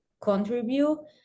contribute